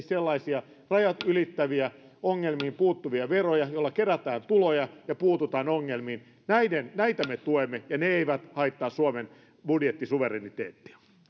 sellaisia rajat ylittäviä ongelmiin puuttuvia veroja joilla kerätään tuloja ja puututaan ongelmiin näitä me tuemme ja ne eivät haittaa suomen budjettisuvereniteettia